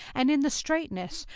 and in the straitness,